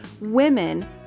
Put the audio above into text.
Women